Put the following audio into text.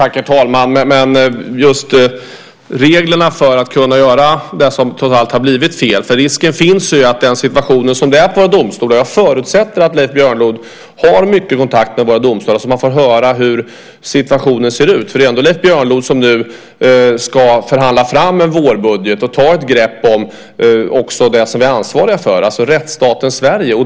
Herr talman! Det handlar om reglerna för att kunna göra det som trots allt har blivit fel rätt. Risken finns ju med den situation som råder vid våra domstolar. Jag förutsätter att Leif Björnlod har mycket kontakt med våra domstolar så han får höra hur situationen ser ut. Det är ändå Leif Björnlod som nu ska förhandla fram en vårbudget och ta ett grepp om det som vi är ansvariga för, alltså rättsstaten Sverige.